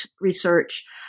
research